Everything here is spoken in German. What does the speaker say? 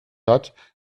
hat